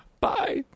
bye